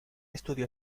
estudio